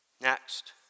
Next